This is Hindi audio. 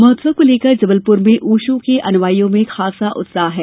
महोत्सव को लेकर जबलपुर में ओशो के अनुयाइयों में खासा उत्साह है